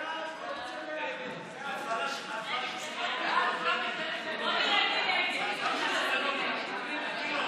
ההצעה להעביר את הצעת חוק למניעת אלימות